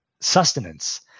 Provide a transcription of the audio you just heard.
sustenance